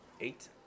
Eight